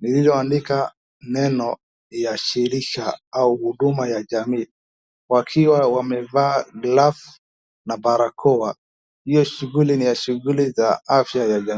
liliandikwa neno yashirisha au huduma ya jamii wakiwa wamevaa gloves na barakoa hiyo ni shughuli ya afya ya jamii.